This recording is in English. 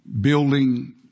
building